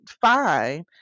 fine